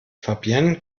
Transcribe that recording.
fabienne